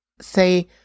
say